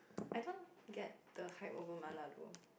I don't get the high over mala though